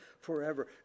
forever